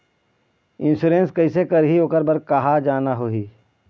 Insurance कैसे करही, ओकर बर कहा जाना होही?